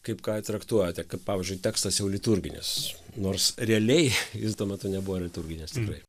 kaip ką traktuojate kad pavyzdžiui tekstas jau liturginis nors realiai jis tuo metu nebuvo liturginis tikrai